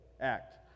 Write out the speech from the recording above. act